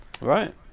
right